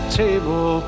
table